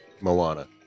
Moana